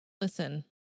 Listen